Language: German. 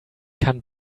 kann